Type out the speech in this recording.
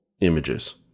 images